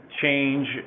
change